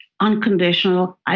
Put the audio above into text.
unconditional